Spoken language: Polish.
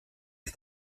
ich